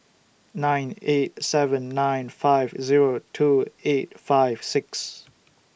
nine eight seven nine five Zero two eight five six